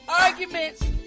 arguments